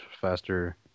faster